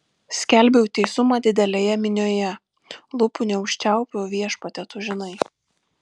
skelbiau teisumą didelėje minioje lūpų neužčiaupiau viešpatie tu žinai